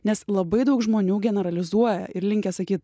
nes labai daug žmonių generalizuoja ir linkę sakyti